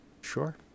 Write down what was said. Sure